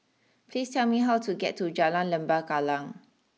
please tell me how to get to Jalan Lembah Kallang